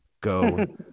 Go